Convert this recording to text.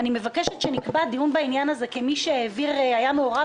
אני מבקשת שנקבע דיון בעניין זה כמי שהיה מעורב